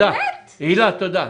לא, באמת אני שואלת.